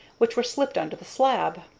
which were slipped under the slab.